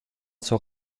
zur